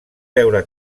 veure